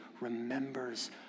remembers